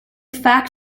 fact